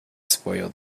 spoil